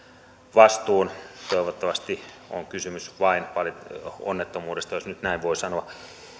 vastuun toivottavasti on kysymys vain onnettomuudesta jos nyt näin voi sanoa